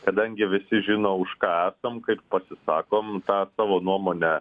kadangi visi žino už ką esam kaip pasisakom tą savo nuomonę